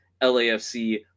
LAFC